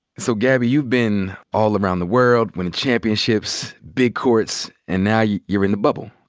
so, gabby, you've been all around the world, winning championships, big courts. and now, you're you're in the bubble.